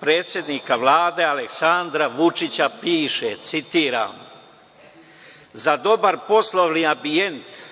Republike Srbije Aleksandra Vučića piše, citiram: „Za dobar poslovni ambijet,